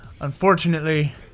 Unfortunately